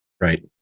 right